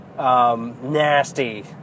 Nasty